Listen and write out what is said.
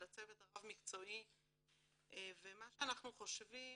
על הצוות הרב מקצועי ומה שאנחנו חושבים